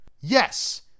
Yes